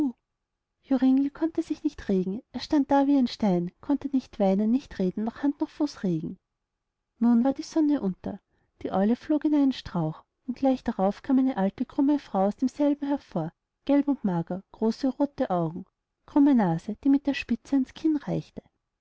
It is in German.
joringel konnte sich nicht regen er stand da wie ein stein konnte nicht weinen nicht reden nicht hand noch fuß regen nun war die sonne unter die eule flog in einen strauch und gleich darauf kam eine alte krumme frau aus diesem hervor gelb und mager große rothe augen krumme nase die mit der spitze ans kinn reichte